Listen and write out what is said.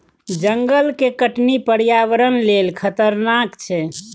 जंगल के कटनी पर्यावरण लेल खतरनाक छै